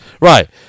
Right